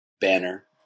banner